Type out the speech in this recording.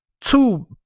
Two